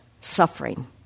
suffering